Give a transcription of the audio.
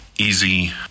easy